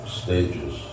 stages